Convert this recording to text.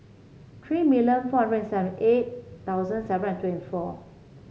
three million four hundred and seven eight thousand seven hundred and twenty four